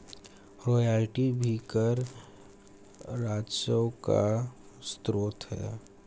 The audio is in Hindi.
रॉयल्टी भी कर राजस्व का स्रोत है